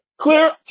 clear